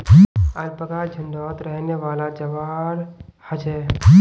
alpaca झुण्डत रहनेवाला जंवार ह छे